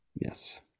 yes